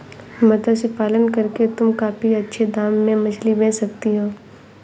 मत्स्य पालन करके तुम काफी अच्छे दाम में मछली बेच सकती हो